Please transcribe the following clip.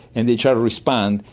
and they try to respond,